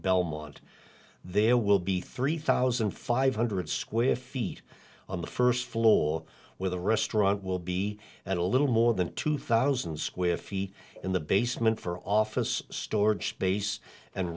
belmont there will be three thousand five hundred square feet on the first floor where the restaurant will be at a little more than two thousand square feet in the basement for office storage space and